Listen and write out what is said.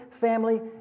family